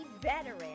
veteran